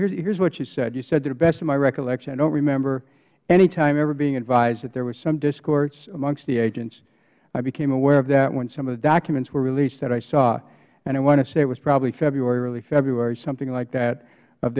kucinich here is what you said you said to the best of my recollection i don't remember any time ever being advised that there was some discourse among amongst the agents i became aware of that when some of the documents were released that i saw and i want to say it was probably february early february something like that of